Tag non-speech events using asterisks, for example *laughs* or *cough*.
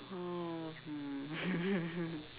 oh hmm *laughs*